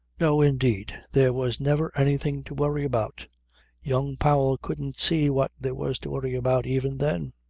no, indeed, there was never anything to worry about young powell couldn't see what there was to worry about even then.